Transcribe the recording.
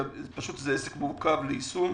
זה עסק מורכב ליישום,